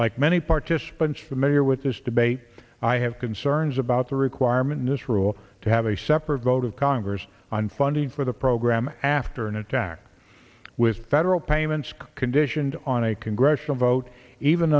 like many participants familiar with this debate i have concerns about the requirement misrule to have a separate vote of congress on funding for the program after an attack with federal payments conditioned on a congressional vote even